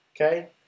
okay